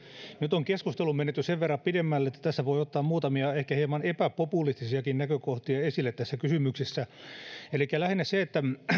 nyt on keskustelu mennyt jo sen verran pidemmälle että tässä kysymyksessä voi ottaa muutamia ehkä hieman epäpopulistisiakin näkökohtia esille elikkä lähinnä sen että